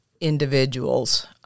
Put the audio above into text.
individuals